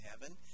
heaven